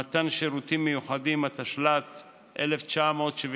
(מתן שירותים מיוחדים), התשל"ט 1978,